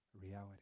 reality